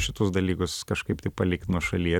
šitus dalykus kažkaip tai palikt nuošaly